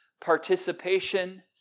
participation